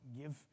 give